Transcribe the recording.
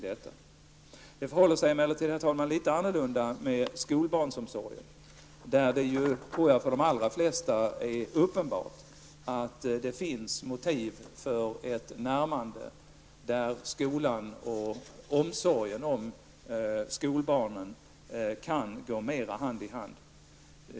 Det förhåller sig emellertid, herr talman, litet annorlunda med skolbarnsomsorgen. Där tror jag att det för de allra flesta är uppenbart att det finns motiv för ett närmande. Skolan och omsorgen om skolbarnen kan gå mer hand i hand.